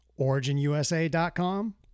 OriginUSA.com